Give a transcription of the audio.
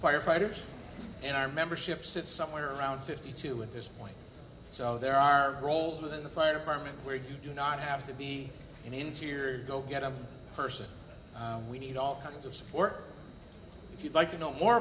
firefighters and our membership sit somewhere around fifty two at this point so there are roles within the fire department where you do not have to be an interior go get a person we need all kinds of support if you'd like to know more